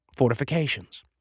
fortifications